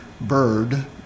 bird